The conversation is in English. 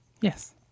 yes